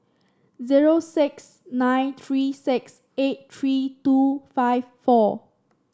zero six nine three six eight three two five four